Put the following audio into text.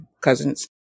cousins